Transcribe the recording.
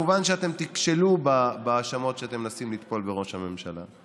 וכמובן שאתם תיכשלו בהאשמות שאתם מנסים לטפול על ראש הממשלה,